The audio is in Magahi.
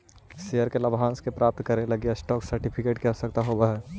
शेयर के लाभांश के प्राप्त करे लगी स्टॉप सर्टिफिकेट के आवश्यकता होवऽ हइ